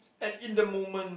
at in the moment